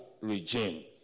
regime